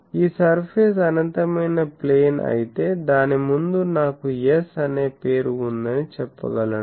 ఈ సర్ఫేస్ అనంతమైన ప్లేన్ అయితే దాని ముందు నాకు S అనే పేరు ఉందని చెప్పగలను